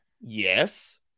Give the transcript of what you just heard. Yes